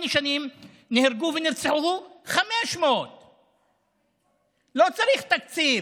שנים נהרגו ונרצחו 500. לא צריך תקציב,